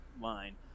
line